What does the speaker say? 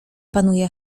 panuje